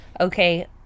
Okay